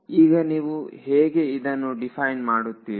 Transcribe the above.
ಈಗ ನೀವು ಹೇಗೆ ಇದನ್ನು ಡಿಫೈನ್ ಮಾಡುತ್ತೀರಿ